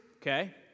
Okay